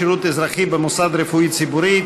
שירות אזרחי במוסד רפואי ציבורי),